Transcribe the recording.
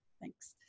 Thanks